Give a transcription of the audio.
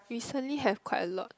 recently have quite a lot